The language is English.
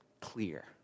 clear